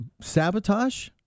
sabotage